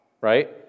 right